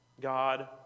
God